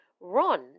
ron